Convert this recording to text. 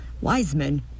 Wiseman